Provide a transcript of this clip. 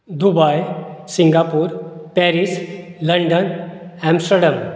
Dubai Singapore Paris London Amsterdam